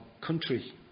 country